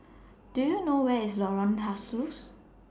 Do YOU know Where IS Lorong Halus